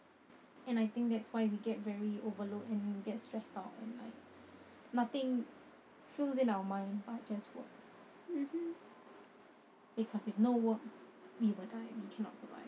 and I think that's why we get very overload and get stressed out and like nothing fills in our mind but just work because with no work we will die we cannot survive